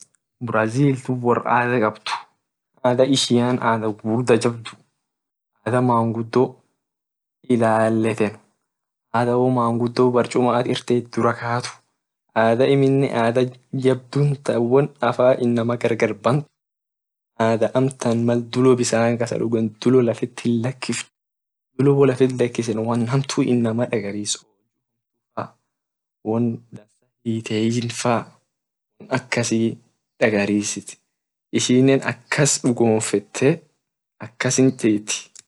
Brazil tun wor adha kabd adha ishian adha gugurda jabdu adha mangudo ilaleten adha wo mangudo barchuma at irtet irakat adha jabdu ta inama gargarbaf adha amtan mal dulo bisani lafit hinlakifn dulo bisani wo lafit lakis won hamtu inama darsitu won akasi dagarisit ishine akas dugomfete akasin tet.